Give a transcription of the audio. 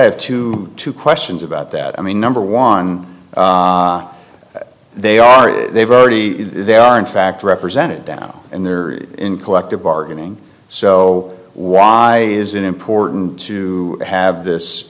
have to two questions about that i mean number one they are they've already they are in fact represented down and they're in collective bargaining so why is it important to have this